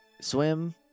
swim